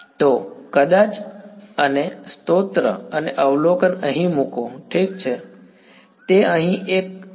તો કદાચ અને સ્ત્રોત અને અવલોકન અહીં મૂકો ઠીક છે તે અહીં એક સપ્રમાણ પરિસ્થિતિ છે